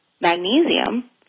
magnesium